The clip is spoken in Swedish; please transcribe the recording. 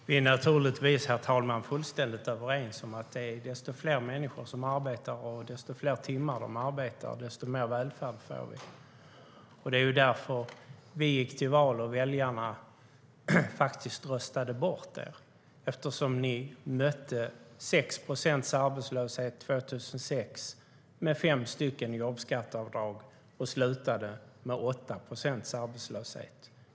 Herr talman! Vi är naturligtvis fullständigt överens om att ju fler människor som arbetar och ju fler timmar de arbetar, desto mer välfärd får vi. Det är därför väljarna faktiskt röstade bort er när vi gick till val - eftersom ni mötte 6 procents arbetslöshet 2006 med fem jobbskatteavdrag och slutade med 8 procents arbetslöshet.